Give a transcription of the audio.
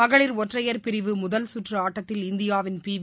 மகளிர் ஒற்றையர் பிரிவு முதல்கற்று ஆட்டத்தில் இந்தியாவின் பிவி